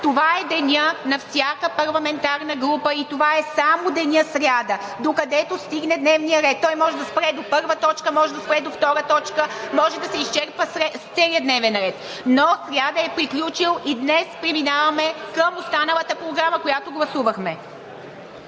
Това е денят на всяка парламентарна група и това е само денят сряда, докъдето стигне дневният ред. Той може да спре до първа точка, може да спре до втора точка, може да се изчерпа целият дневен ред. Но в сряда е приключил и днес преминаваме към останалата програма, която гласувахме.